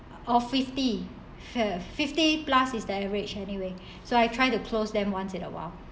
or fifty have fifty plus is the average anyway so I try to close them once in a while